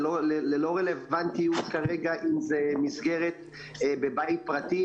ללא רלבנטיות כרגע אם זו מסגרת בבית פרטי,